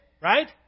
right